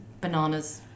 bananas